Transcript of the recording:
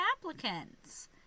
applicants